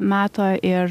meto ir